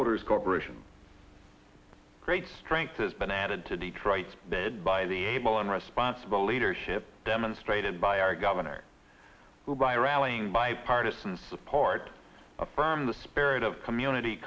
motors corporation great strength has been added to detroit sped by the able in response the leadership demonstrated by our governor will by rallying bipartisan support affirm the spirit of community